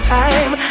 time